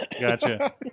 Gotcha